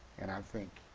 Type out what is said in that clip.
and i think,